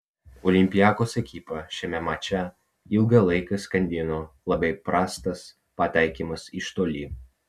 olympiakos ekipą šiame mače ilgą laiką skandino labai prastas pataikymas iš toli